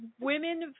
women